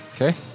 Okay